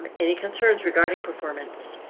um any concerns regarding performance?